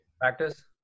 practice